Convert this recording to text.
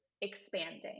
expanding